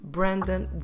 Brandon